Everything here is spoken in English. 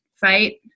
fight